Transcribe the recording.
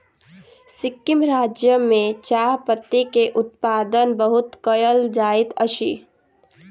सिक्किम राज्य में चाह पत्ती के उत्पादन बहुत कयल जाइत अछि